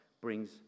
brings